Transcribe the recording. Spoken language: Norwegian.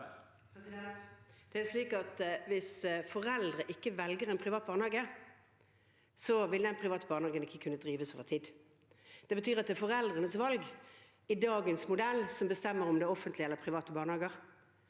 Det er slik at hvis for- eldre ikke velger en privat barnehage, vil ikke den private barnehagen kunne drives over tid. Det betyr at det i dagens modell er foreldrenes valg som bestemmer om det er offentlige eller private barnehager.